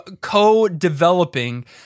co-developing